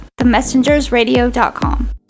themessengersradio.com